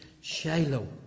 Shiloh